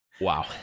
Wow